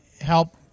help